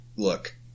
Look